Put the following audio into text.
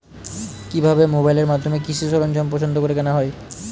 কিভাবে মোবাইলের মাধ্যমে কৃষি সরঞ্জাম পছন্দ করে কেনা হয়?